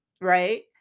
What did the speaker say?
right